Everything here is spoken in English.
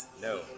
No